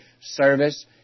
service